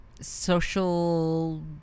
social